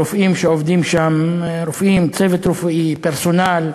רופאים שעובדים שם, רופאים, צוות רפואי, פרסונל,